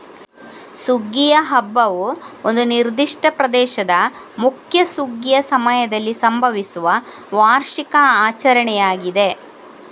ಸುಗ್ಗಿಯ ಹಬ್ಬವು ಒಂದು ನಿರ್ದಿಷ್ಟ ಪ್ರದೇಶದ ಮುಖ್ಯ ಸುಗ್ಗಿಯ ಸಮಯದಲ್ಲಿ ಸಂಭವಿಸುವ ವಾರ್ಷಿಕ ಆಚರಣೆಯಾಗಿದೆ